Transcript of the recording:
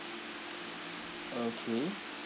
okay